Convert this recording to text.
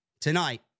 tonight